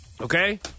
Okay